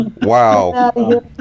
Wow